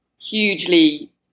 hugely